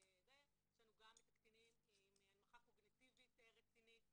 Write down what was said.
יש לנו גם את הקטינים עם הנמכה קוגניטיבית רצינית,